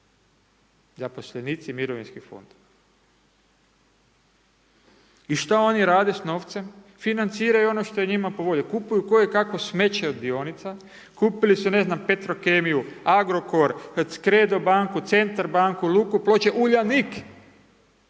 Zaposlenici mirovinskog fonda. I šta oni rade sa novcem, financiraju ono što je njima po volji. Kupuju ko i kavo smeće od dionica. Kupili su ne znam, Petrokemiju Agrokor, Credo banku, Centar banku, Luku Ploče, Uljanik.